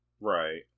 Right